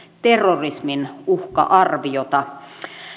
terrorismin uhka arviota